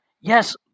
Yes